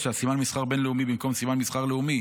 9) (סימן מסחר בין-לאומי במקום סימן מסחר לאומי),